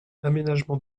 aménagement